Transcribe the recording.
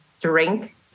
drink